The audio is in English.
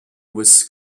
was